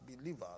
believers